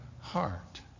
heart